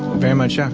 very much, yeah.